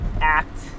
act